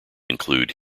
include